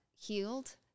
healed